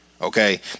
Okay